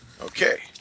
okay